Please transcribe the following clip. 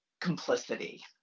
complicity